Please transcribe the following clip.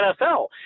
NFL